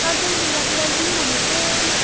गजलडुबातिर जाउँ भनेको